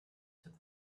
took